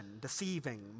deceiving